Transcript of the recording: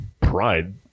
pride